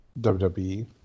WWE